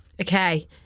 Okay